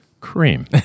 cream